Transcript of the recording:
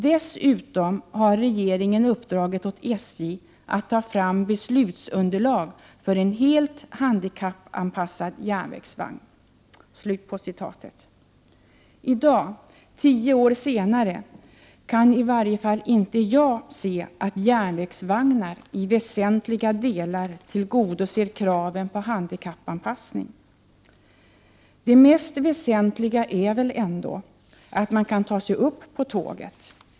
Dessutom har regeringen uppdragit åt SJ att ta fram beslutsunderlag för en helt handikappanpassad järnvägsvagn.” I dag, tio år senare, kan i varje fall inte jag se att järnvägsvagnar i väsentliga delar tillgodoser kräven på handikappanpassning. Det mest väsentliga är väl ändå att man kan ta sig upp på tåget.